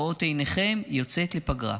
רואות עיניכם, יוצאת לפגרה,